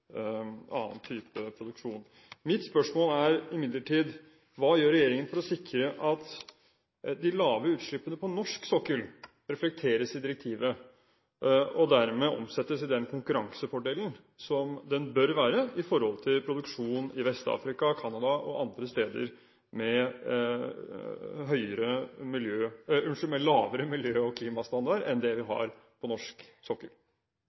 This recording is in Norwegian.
annen type produksjon. Mitt spørsmål er imidlertid: Hva gjør regjeringen for å sikre at de lave utslippene på norsk sokkel reflekteres i direktivet, og dermed omsettes i den konkurransefordelen som det bør være i forhold til produksjonen i Vest-Afrika, Canada og andre steder med lavere miljø- og klimastandard enn det vi har på norsk sokkel?